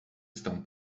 estão